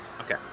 Okay